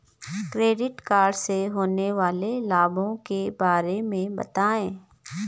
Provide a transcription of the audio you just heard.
Credit card से होने वाले लाभों के बारे में बताएं?